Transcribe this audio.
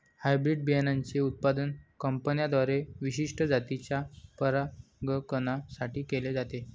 hybrid बियाणांचे उत्पादन कंपन्यांद्वारे विशिष्ट जातीच्या परागकणां साठी केले जाते